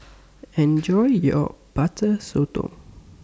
Enjoy your Butter Sotong